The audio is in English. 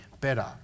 better